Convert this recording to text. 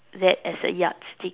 that as a yard stick